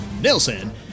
Nelson